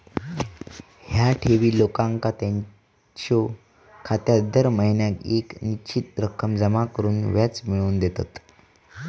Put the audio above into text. ह्या ठेवी लोकांका त्यांच्यो खात्यात दर महिन्याक येक निश्चित रक्कम जमा करून व्याज मिळवून देतत